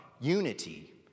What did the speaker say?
unity